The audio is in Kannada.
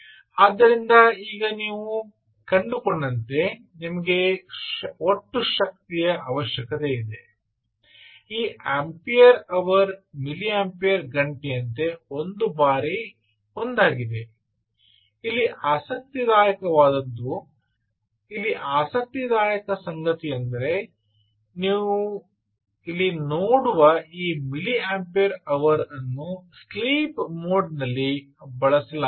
ಆದ್ದರಿಂದ ಈಗ ನೀವು ಕಂಡುಕೊಂಡಂತೆ ನಿಮಗೆ ಒಟ್ಟು ಶಕ್ತಿಯ ಅವಶ್ಯಕತೆಯಿದೆ ಈ ಆಂಪಿಯರ್ ಅವರ್ ಮಿಲಿಯಂಪೇರ್ ಗಂಟೆಯಂತೆ ಒಂದು ಬಾರಿ ಒಂದಾಗಿದೆ ಇಲ್ಲಿ ಆಸಕ್ತಿದಾಯಕವಾದದ್ದು ಇಲ್ಲಿ ಆಸಕ್ತಿದಾಯಕ ಸಂಗತಿಯೆಂದರೆ ಇಲ್ಲಿ ನೀವು ನೋಡುವ ಈ ಮಿಲಿಯಂಪಿಯರ್ ಅವರ್ ಯನ್ನು ಸ್ಲೀಪ್ ಮೋಡಿನಲ್ಲಿ ಬಳಸಲಾಗುತ್ತದೆ